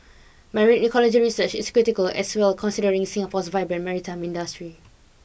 marine ecology research is critical as well considering Singapore's vibrant maritime industry